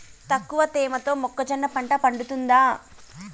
తక్కువ తేమతో మొక్కజొన్న పంట పండుతుందా?